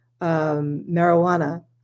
marijuana